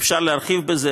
אפשר להרחיב בזה,